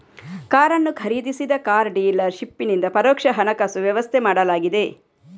ಕಾರನ್ನು ಖರೀದಿಸಿದ car dealer ಶಿಪ್ಪಿನಿಂದ ಪರೋಕ್ಷ ಹಣಕಾಸು ವ್ಯವಸ್ಥೆ ಮಾಡಲಾಗಿದೆ